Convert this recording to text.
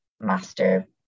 master